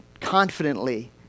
confidently